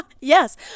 Yes